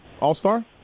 all-star